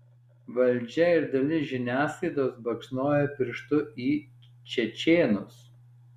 valdžia ir dalis žiniasklaidos baksnoja pirštu į čečėnus